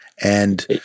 And-